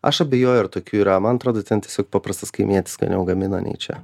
aš abejoju ar tokių yra man atrodo ten tiesiog paprastas kaimietis skaniau gamina nei čia